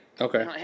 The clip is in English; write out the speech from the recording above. Okay